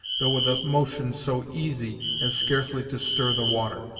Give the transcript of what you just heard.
though with a motion so easy as scarcely to stir the water.